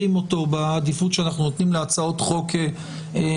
אותו בעדיפות שאנחנו נותנים להצעות חוק פרטיות,